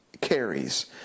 carries